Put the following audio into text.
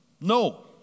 No